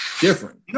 different